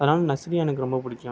அதனால் நஸ்ரியா எனக்கு ரொம்ப பிடிக்கும்